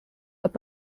are